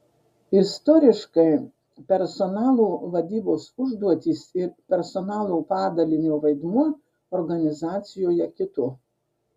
istoriškai personalo vadybos užduotys ir personalo padalinio vaidmuo organizacijoje kito